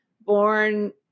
born